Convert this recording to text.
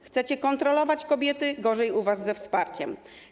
Chcecie kontrolować kobiety, gorzej u was ze wsparciem.